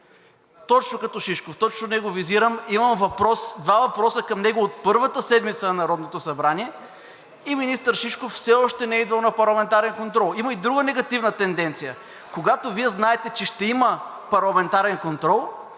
Точно като Шишков, точно него визирам. Имам два въпроса към него от първата седмица на Народното събрание и министър Шишков все още не е идвал на парламентарен контрол. Има и друга негативна тенденция. Когато Вие знаете, че ще има парламентарен контрол,